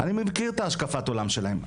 אני מכיר את השקפת העולם שלהם,